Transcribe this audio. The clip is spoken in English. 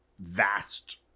vast